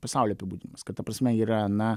pasaulio apibūdinimas kad ta prasme yra na